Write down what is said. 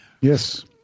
yes